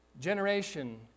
generation